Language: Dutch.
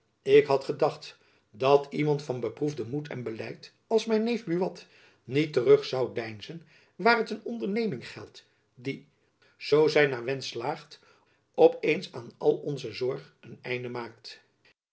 ik had gedacht dat iemand van beproefden moed en beleid als mijn jacob van lennep elizabeth musch neef buat niet terug zoû deinzen waar het een onderneming geldt die zoo zy naar wensch slaagt op eens aan alle onze zorg een einde maakt